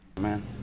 Man